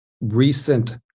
recent